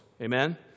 Amen